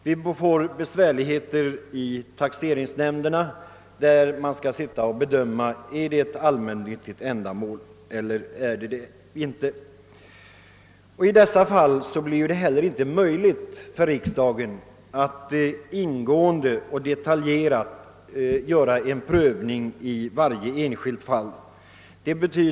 Det skulle bli besvärligheter även i taxeringsnämnderna, där man skulle tvingas göra just en bedöm ning av om ändamålet är samhällsnyttigt eller inte. Under sådana förhållanden skulle det heller inte bli möjligt för riksdagen att göra en detaljerad prövning av varje särskilt fall.